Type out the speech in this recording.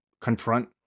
confront